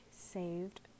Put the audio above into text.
Saved